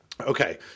okay